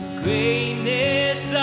greatness